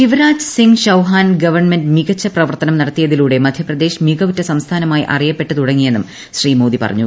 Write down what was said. Shivraj Singh Chouhan government മികച്ച പ്രവർത്തനം നടത്തിയതിലൂടെ മധ്യപ്രദേശ് മിക്വൂറ്റ സംസ്ഥാനമായി അറിയപ്പെട്ട് തുടങ്ങിയെന്നും ശ്രീ മോദി പറഞ്ഞു